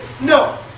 No